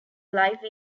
life